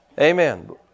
Amen